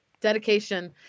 dedication